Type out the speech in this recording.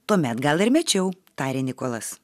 tuomet gal ir mečiau tarė nikolas